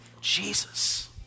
Jesus